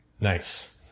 Nice